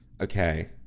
Okay